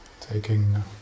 taking